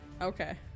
Okay